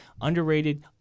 underrated